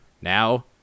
now